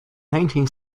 nineteen